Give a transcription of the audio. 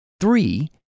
Three